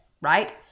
right